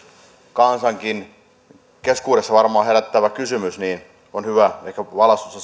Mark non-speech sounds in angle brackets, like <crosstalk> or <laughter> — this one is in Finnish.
kansankin keskuudessa varmaan herättävä kysymys niin että on hyvä ehkä valaistusta <unintelligible>